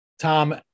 Tom